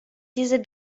dieser